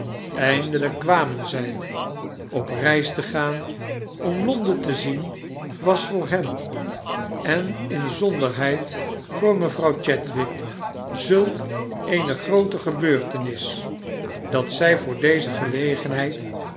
eindelyk kwamen zy op reis te gaan om louden te zien was voor hen en inzonderheid voor mevrouw chadwick zulk eene groote gebeurtenis dat zy voor deze gelegenheid